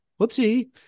whoopsie